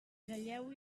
ratlleu